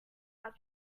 our